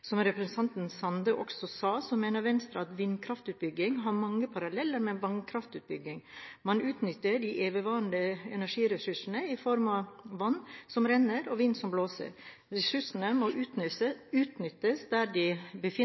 Som representanten Sande mener også Venstre at vindkraftutbygging har mange paralleller til vannkraftutbygging. Man utnytter de evigvarende energiressursene i form av vann som renner og vind som blåser. Ressursene må utnyttes der de befinner